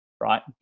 right